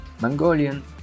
Mongolian